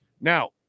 Now